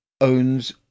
owns